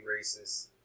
racist